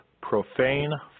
profane